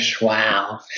Wow